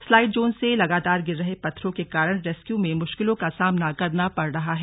slide zone से लगातार गिर रहे पत्थरों के कारण रेस्कयू में मुश्किलों का सामना करना पड़ रहा है